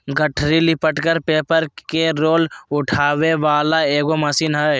गठरी lifter paper के roll उठावे वाला एगो मशीन हइ